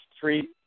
three